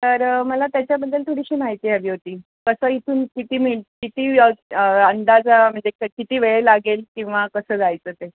तर मला त्याच्याबद्दल थोडीशी माहिती हवी होती कसं इथून किती मिन किती अंदाज म्हणजे क किती वेळ लागेल किंवा कसं जायचं ते